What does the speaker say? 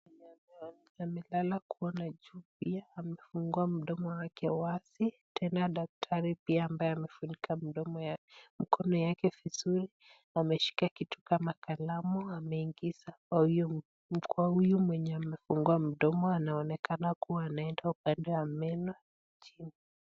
Mgonjwa amelala kuona juu pia, amefungua mdomo wake wazi, tena daktari pia amefunika mdomo yake na mkono yake vizuri, ameshika kitu kama kalamu ameingiza kwa huyu mwenye amefungua mdomo ameonekana kuwa anaenda upande ya meno chini.